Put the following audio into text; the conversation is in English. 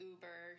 Uber